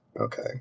Okay